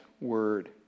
word